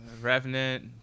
revenant